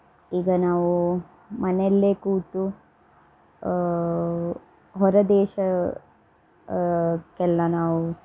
ಈಗ ನಾವು ಮನೆಯಲ್ಲೇ ಕೂತು ಹೊರದೇಶ ಕ್ಕೆಲ್ಲ ನಾವು